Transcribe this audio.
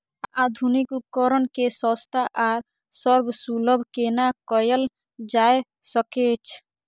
आधुनिक उपकण के सस्ता आर सर्वसुलभ केना कैयल जाए सकेछ?